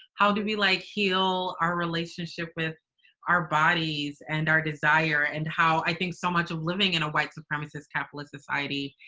how do we, like, heal our relationship with our bodies and our desire and how i think so much of living in a white supremacist capitalist society,